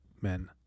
men